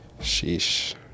Sheesh